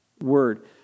word